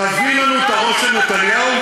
תביא לנו את הראש של נתניהו,